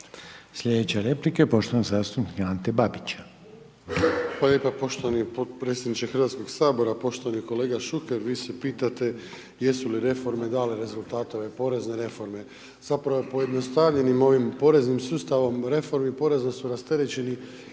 Sljedeća replika poštovanog zastupnika Ante Babića.